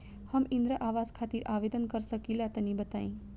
हम इंद्रा आवास खातिर आवेदन कर सकिला तनि बताई?